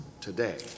today